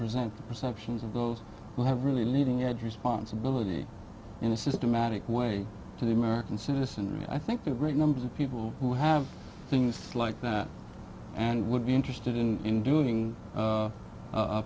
present the perceptions of those who have really leading edge responsibility in a systematic way to the american citizenry i think you great numbers of people who have things like that and would be interested in doing